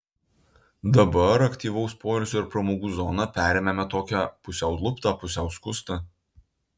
dabar aktyvaus poilsio ir pramogų zoną perėmėme tokią pusiau luptą pusiau skustą